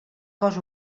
cos